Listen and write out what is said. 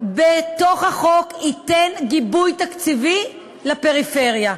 כאמור בחוק, ייתן גיבוי תקציבי לפריפריה.